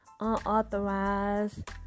unauthorized